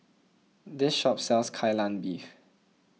this shop sells Kai Lan Beef